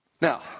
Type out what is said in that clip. Now